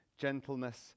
Gentleness